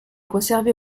conservée